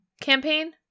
campaign